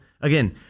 again